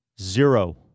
zero